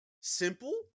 Simple